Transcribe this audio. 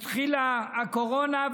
התחילה הקורונה,